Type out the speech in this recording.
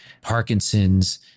Parkinson's